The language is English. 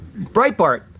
Breitbart